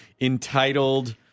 entitled